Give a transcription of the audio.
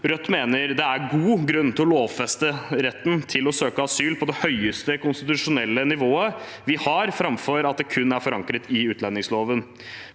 Rødt mener det er god grunn til å lovfeste retten til å søke asyl på det høyeste konstitusjonelle nivået vi har, framfor at det kun er forankret bl.a. i utlendingsloven.